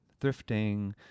thrifting